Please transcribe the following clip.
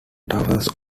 towers